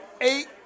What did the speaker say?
eight